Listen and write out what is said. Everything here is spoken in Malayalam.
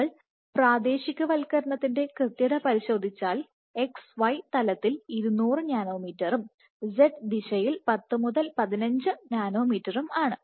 നിങ്ങൾ പ്രാദേശികവൽക്കരണത്തിൻറെ കൃത്യത പരിശോധിച്ചാൽ xy തലത്തിൽ 20 നാനോമീറ്ററും Zദിശയിൽ 10 മുതൽ 15 നാനോമീറ്ററും ആണ്